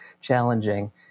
challenging